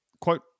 Quote